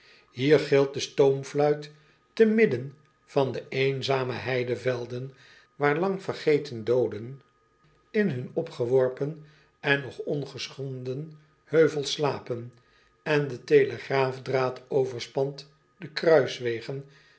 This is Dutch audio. ier gilt de stoomfluit te midden van de eenzame heidevelden waar lang vergeten dooden in hun opgeworpen en nog ongeschonden heuvels slapen en de telegraafdraad overspant de kruiswegen